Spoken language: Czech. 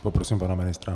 Poprosím pana ministra.